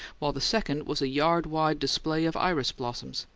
while the second was a yard-wide display of iris blossoms,